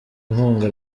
nkunga